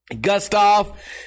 Gustav